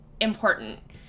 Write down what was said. important